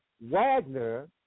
Wagner